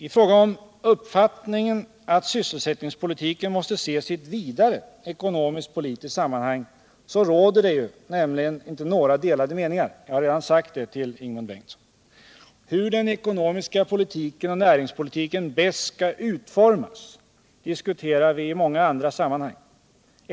I fråga om uppfattningen att sysselsättningspolitiken måste ses i ett vidare ekonomiskt-politiskt sammanhang råder det nämligen inte några delade meningar. Hur den ekonomiska politiken och näringspolitiken bäst skall utformas diskuterar vi i många andra sammanhang.